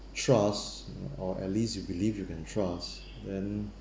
trust um or at least you believe you can trust then